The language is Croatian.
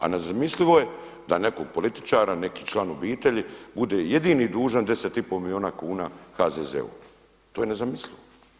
A nezamislivo je da nekog političara neki član obitelji bude jedini dužan 10,5 milijuna kuna HZZO-u, to je nezamislivo.